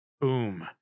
Boom